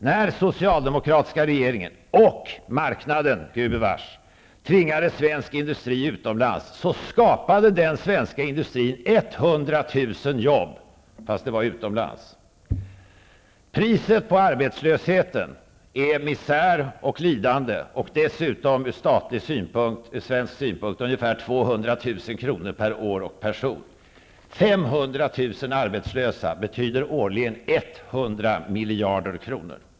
När den socialistiska regeringen och marknaden, gudbevars, tvingade svenska industrin utomlands, skapade den svenska industrin 100 000 jobb -- fast det var utomlands. Priset på arbetslösheten är misär och lidande och dessutom ur statlig svensk synpunkt ungefär 200 000 kr. per år och person. 500 000 arbetslösa betyder årligen en kostnad på 100 miljarder kronor.